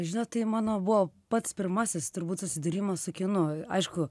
žinot tai mano buvo pats pirmasis turbūt susidūrimas su kinu aišku